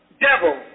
devil